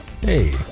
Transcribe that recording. Hey